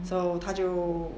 so 他就